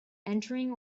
entering